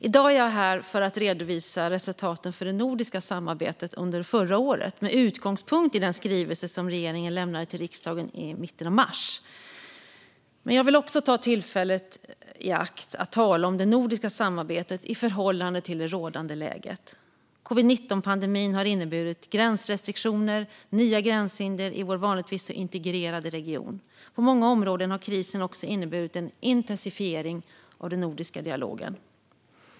I dag är jag här för att redovisa resultaten för det nordiska samarbetet under förra året, med utgångspunkt i den skrivelse som regeringen lämnade till riksdagen i mitten av mars. Jag vill dock ta tillfället i akt att också tala om det nordiska samarbete i förhållande till det rådande läget. Covid-19-pandemin har inneburit gränsrestriktioner och nya gränshinder i vår vanligtvis så integrerade region. På många områden har krisen också inneburit en intensifiering av den nordiska dialogen.